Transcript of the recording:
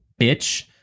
bitch